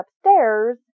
upstairs